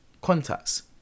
contacts